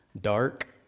dark